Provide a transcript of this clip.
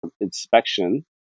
inspection